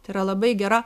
tai yra labai gera